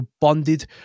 bonded